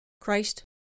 Christ